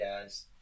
guys